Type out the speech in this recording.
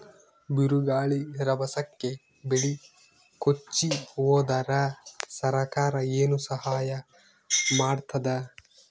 ಬಿರುಗಾಳಿ ರಭಸಕ್ಕೆ ಬೆಳೆ ಕೊಚ್ಚಿಹೋದರ ಸರಕಾರ ಏನು ಸಹಾಯ ಮಾಡತ್ತದ?